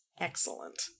excellent